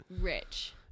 rich